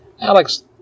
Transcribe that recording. Alex